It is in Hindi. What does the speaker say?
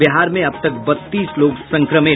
बिहार में अब तक बत्तीस लोग संक्रमित